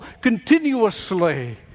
continuously